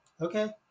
Okay